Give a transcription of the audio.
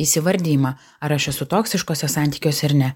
įsivardijimą ar aš esu toksiškuose santykiuos ar ne